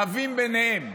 רבים ביניהם,